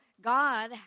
God